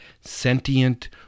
sentient